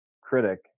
critic